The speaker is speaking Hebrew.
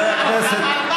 הרבה הרבה.